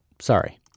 Sorry